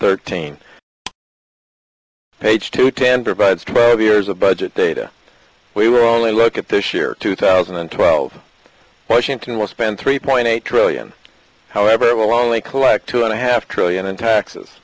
thirteen page two ten provides five years of budget data we were only look at this year two thousand and twelve washington will spend three point eight trillion however it will only collect two and a half trillion in taxes